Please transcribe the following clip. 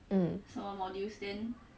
mm